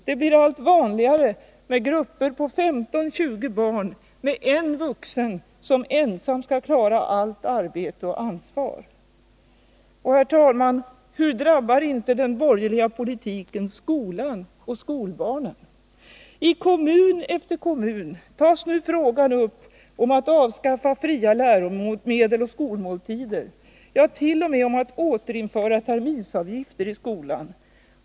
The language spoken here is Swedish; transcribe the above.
Det blir allt vanligare med grupper på 15-20 barn med en vuxen som ensam skall klara allt arbete och ansvar. Och hur drabbar inte den borgerliga politiken skolan och skolbarnen! I kommun efter kommun tas nu frågan upp om att avskaffa fria läromedel och skolmåltider, jat.o.m. om att återinföra terminsavgifter.